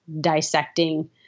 dissecting